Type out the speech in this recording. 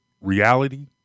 reality